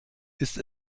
ist